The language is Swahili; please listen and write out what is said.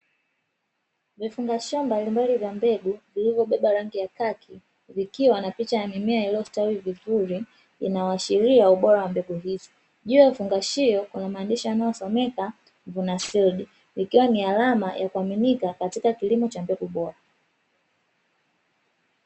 Vifungashio mbalimbali vya mbegu vilivyobeba rangi ya kaki, vikiwa na picha ya mimea iliyostawili vizuri inayohashiria ubora wa mbegu hizi, juu ya fungashio kuna maandishi yanayosomeka “vuna silidi “ikiwa ni alama ya kuaminika katika kilimo cha mbegu bora.